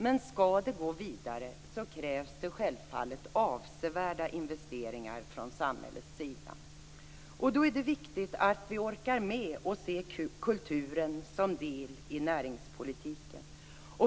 Men skall det gå vidare krävs det självfallet avsevärda investeringar från samhällets sida. Då är det viktigt att vi orkar med att se kulturen som en del i näringspolitiken.